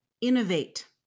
innovate